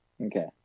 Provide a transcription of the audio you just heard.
Okay